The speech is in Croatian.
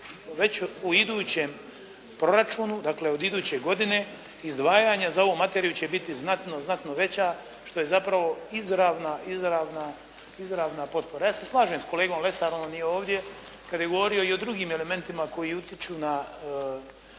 već u idućem proračunu dakle od iduće godine izdvajanje za ovu materiju će biti znatno, znatno veća što je zapravo izravna, izravna, izravna potpora. Ja se slažem s kolegom Lesarom, on nije ovdje kad je govorio i o drugim elementima koji utječu na